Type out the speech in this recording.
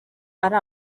ari